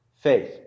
faith